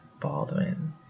Baldwin